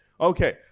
Okay